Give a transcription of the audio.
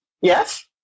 yes